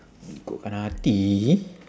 ikutkan hati